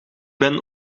ben